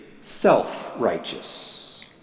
self-righteous